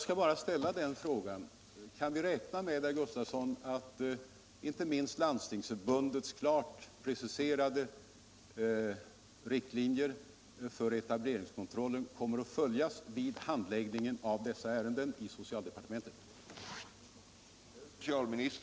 Kan vi räkna med, herr Gustavsson, att inte minst Landstingsförbundets klart preciserade riktlinjer för etableringskontrollen kommer att följas vid handläggningen av dessa ärenden i socialdepartementet?